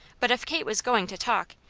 but if kate was going to talk,